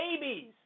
Babies